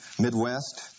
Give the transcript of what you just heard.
Midwest